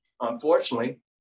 unfortunately